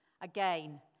Again